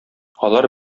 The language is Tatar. алар